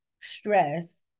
stress